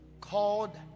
called